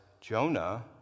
Jonah